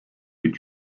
due